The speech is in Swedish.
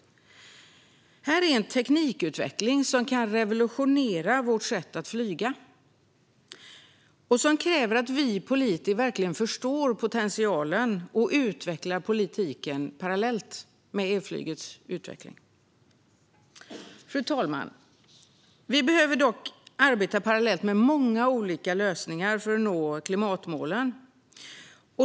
Detta är en teknikutveckling som kan revolutionera vårt sätt att flyga och som kräver att vi politiker verkligen förstår potentialen och utvecklar politiken parallellt med elflygets utveckling. Fru talman! Vi behöver dock arbeta parallellt med många olika lösningar för att nå klimatmålen.